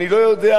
אני לא יודע,